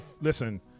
Listen